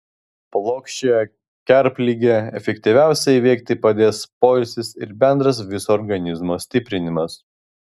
plokščiąją kerpligę efektyviausiai įveikti padės poilsis ir bendras viso organizmo stiprinimas